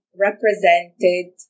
Represented